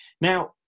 Now